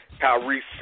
Kyrie